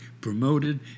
promoted